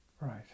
Right